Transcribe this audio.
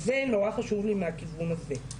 אז זה נורא חשוב לי מהכיוון הזה.